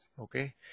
Okay